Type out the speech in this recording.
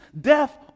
death